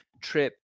trip